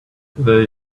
they